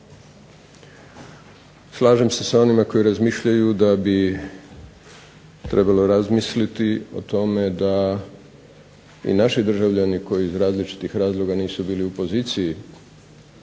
Slažem se s onima koji razmišljaju da bi trebalo razmisliti o tome da i naši državljani koji iz različitih razloga nisu bili u poziciju